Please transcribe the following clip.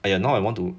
!aiya! now I want to